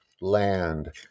land